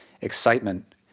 excitement